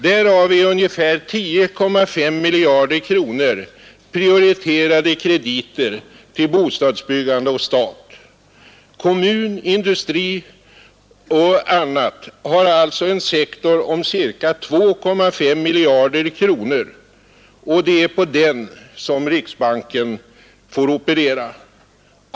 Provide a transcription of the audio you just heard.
Därav är ungefär 10,5 miljarder kronor prioriterade krediter till bostadsbyggande och stat. Kommun, industri och annat har alltså en sektor om ca 2,5 miljarder kronor, och det är på den som riksbanken får operera.